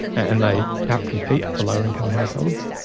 and they out-compete the lower income households,